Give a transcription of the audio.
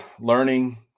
learning